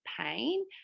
pain